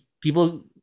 people